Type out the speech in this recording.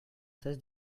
tasse